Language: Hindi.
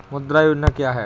मुद्रा योजना क्या है?